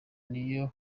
niyo